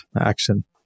action